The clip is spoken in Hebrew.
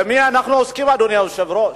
במי אנחנו עוסקים, אדוני היושב-ראש?